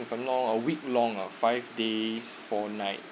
it's a long uh a week long uh five days four night